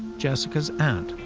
jessica's aunt,